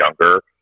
younger